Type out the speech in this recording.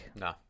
No